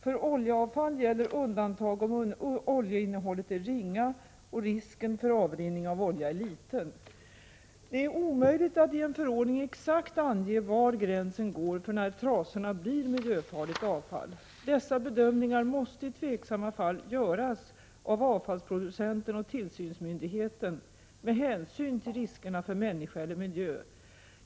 För oljeavfall gäller undantag om oljeinnehållet är ringa och risken för avrinning av olja är liten. Det är omöjligt att i en förordning exakt ange var gränsen går för när trasorna blir miljöfarligt avfall. Dessa bedömningar måste i tveksamma fall göras av avfallsproducenten och tillsynsmyndigheten med hänsyn till riskerna för människor eller miljö.